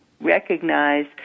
recognize